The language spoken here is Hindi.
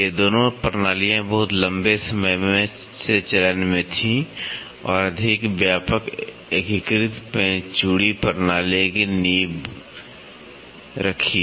ये दोनों प्रणालियाँ बहुत लंबे समय से चलन में थीं और अधिक व्यापक एकीकृत पेंच चूड़ी प्रणाली की नींव रखी